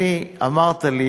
אמרת לי,